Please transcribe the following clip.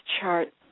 chart